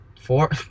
Four